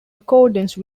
accordance